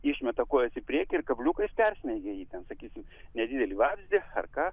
išmeta kojas į priekį ir kabliukais persmeigia jį ten sakysim nedidelį vabzdį ar ką